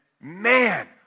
man